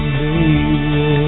baby